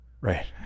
Right